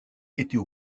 était